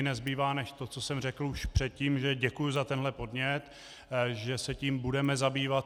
Nezbývá mi než to, co jsem řekl už předtím, že děkuji za tento podnět, že se tím budeme zabývat.